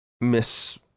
miss